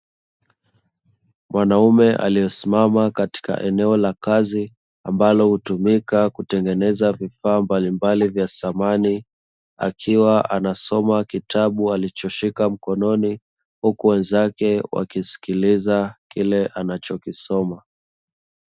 Mwanaume aliyesimama katika eneo la kazi ambalo hutumika kutengeneza vifaa mbalimbali vya samani akiwa anasoma kitabu alichoshika mkononi huku wenzake wakisikiliza kile anachokisoma.